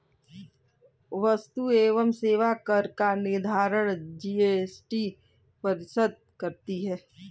वस्तु एवं सेवा कर का निर्धारण जीएसटी परिषद करती है